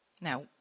Now